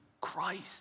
Christ